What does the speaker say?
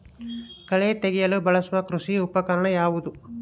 ಕಳೆ ತೆಗೆಯಲು ಬಳಸುವ ಕೃಷಿ ಉಪಕರಣ ಯಾವುದು?